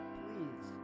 please